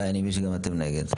גיא, אני מבין שגם אתם נגד.